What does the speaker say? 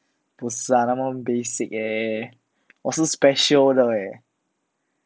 不是啊那么 basic eh 我是 special 的 eh